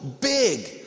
big